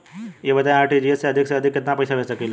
ई बताईं आर.टी.जी.एस से अधिक से अधिक केतना पइसा भेज सकिले?